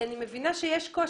אני מבינה שיש קושי.